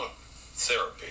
therapy